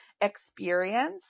experience